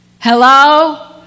Hello